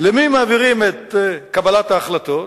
למי מעבירים את קבלת ההחלטות?